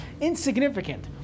insignificant